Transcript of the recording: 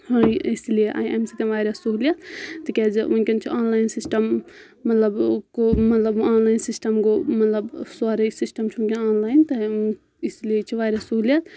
اسی لیے آیہِ اَمہِ سۭتۍ واریاہ سہوٗلیت تِکیٛازِ وٕنکؠن چھُ آنلاین سِسٹَم مطلب گوٚو مطلب آنلاین سِسٹَم گوٚو مطلب سورُے سِسٹَم چھُ وٕنکؠن آنلاین تہٕ اسی لیے چھِ واریاہ سہوٗلیت